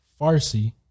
Farsi